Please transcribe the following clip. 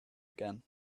again